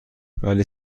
ولی